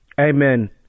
amen